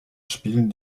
spielen